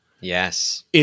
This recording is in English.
Yes